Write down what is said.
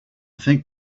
think